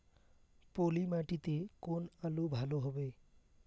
পলি মাটিতে কোন আলু ভালো হবে?